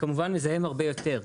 וכמובן מזהם הרבה יותר.